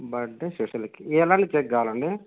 birthday స్పెషల్కి ఎలాంటి cake కావాలండి